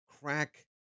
crack